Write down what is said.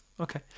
Okay